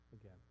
again